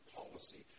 policy